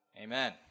Amen